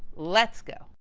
let's go.